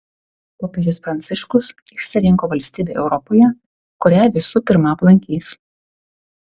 popiežius pranciškus išsirinko valstybę europoje kurią visų pirma aplankys